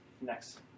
next